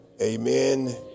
Amen